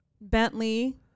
bentley